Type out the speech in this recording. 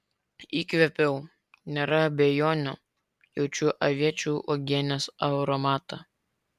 įkvėpiau nėra abejonių jaučiu aviečių uogienės aromatą